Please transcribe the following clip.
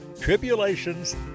tribulations